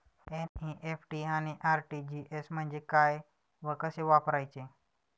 NEFT आणि RTGS म्हणजे काय व कसे वापरायचे?